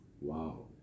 Wow